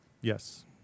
Yes